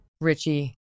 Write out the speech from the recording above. Richie